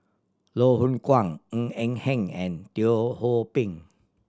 Loh Hoong Kwan Ng Eng Hen and Teo Ho Pin